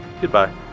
Goodbye